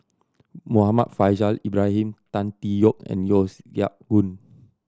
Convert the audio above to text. Muhammad Faishal Ibrahim Tan Tee Yoke and Yeo Siak Goon